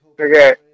Okay